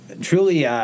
truly—